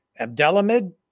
Abdelhamid